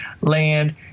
land